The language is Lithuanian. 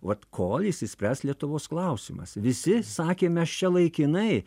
vat kol išsispręs lietuvos klausimas visi sakė mes čia laikinai